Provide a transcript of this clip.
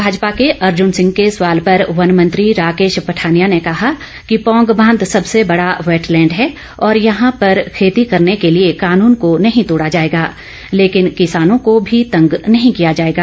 भाजपा के अर्जुन सिंह के सवाल पर वन मंत्री राकेश पठानिया ने कहा कि पौंग बांध सबसे बड़ा वेटलैंड है और यहां पर खेती ैकरने के लिए कानून को नहीं तोड़ा जाएगा लेकिन किसानों को भी तंग नहीं किया जाएगा